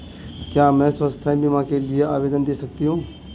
क्या मैं स्वास्थ्य बीमा के लिए आवेदन दे सकती हूँ?